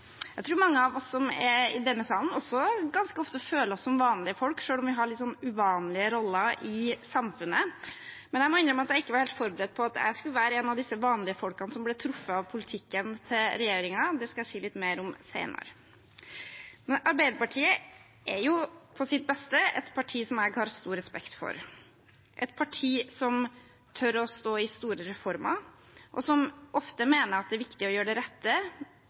Jeg tror mange av oss som er i denne salen, også ganske ofte føler oss som vanlige folk, selv om vi har litt uvanlige roller i samfunnet, men jeg må innrømme at jeg ikke var helt forberedt på at jeg skulle være en av disse vanlige folkene som ble truffet av politikken til regjeringen. Det skal jeg si litt mer om senere. Arbeiderpartiet er på sitt beste et parti som jeg har stor respekt for, et parti som tør å stå i store reformer, og som ofte mener at det er viktig å gjøre det rette,